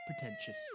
pretentious